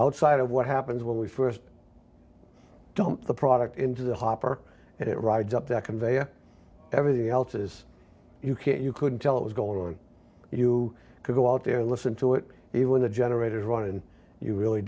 outside of what happens when we st dump the product into the hopper and it rides up that conveyor everything else is you can't you couldn't tell it was going on you could go out there listen to it even the generators run and you really